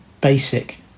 basic